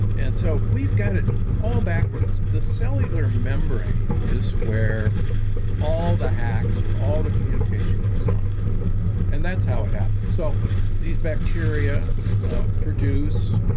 and so we've got it all backwards the cellular membrane is where all the hacks or all the communication goes on and that's how it happens. so these bacteria produce